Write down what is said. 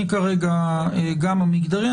גם מגדרי.